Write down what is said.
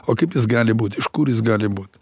o kaip jis gali būt iš kur jis gali būt